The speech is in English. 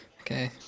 okay